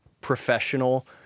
professional